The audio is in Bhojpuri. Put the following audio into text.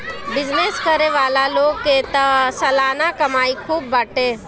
बिजनेस करे वाला लोग के तअ सलाना कमाई खूब बाटे